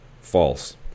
False